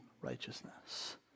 righteousness